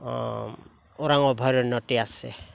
ওৰাং অভয়াৰণ্যতে আছে